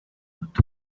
dut